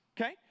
Okay